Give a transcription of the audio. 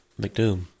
McDoom